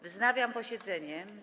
Wznawiam posiedzenie.